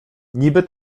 niby